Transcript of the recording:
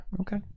Okay